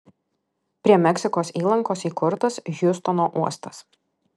prie meksikos įlankos įkurtas hjustono uostas